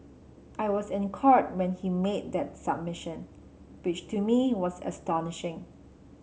I was in Court when he made that submission which to me was astonishing